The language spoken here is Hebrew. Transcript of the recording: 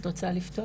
אז את רוצה לפתוח?